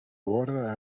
borda